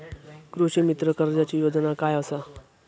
कृषीमित्र कर्जाची योजना काय असा?